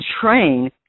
train